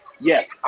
Yes